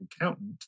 accountant